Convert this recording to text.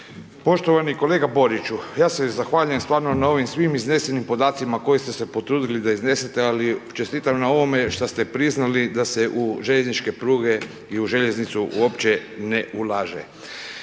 Poštovani kolega Boriću, ja se zahvaljujem stvarno na ovim svim iznesenim podacima koje ste se potrudili da iznesete, ali čestitam na ovome što ste priznali da se u željezničke pruge i u željeznicu uopće ne ulaže.